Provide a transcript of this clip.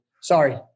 Sorry